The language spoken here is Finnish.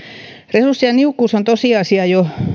resurssien niukkuus on tosiasia jo